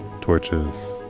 torches